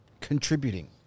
contributing